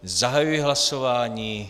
Zahajuji hlasování.